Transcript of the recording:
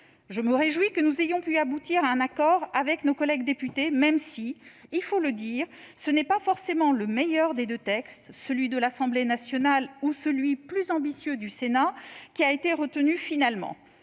Je me réjouis que nous ayons pu aboutir à un accord avec nos collègues députés, même si, il faut le dire, ce n'est pas forcément le meilleur des deux textes, entre celui de l'Assemblée nationale et celui, plus ambitieux, du Sénat, qui a été finalement